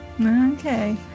Okay